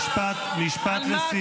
משפט לסיום.